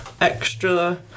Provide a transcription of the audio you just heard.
extra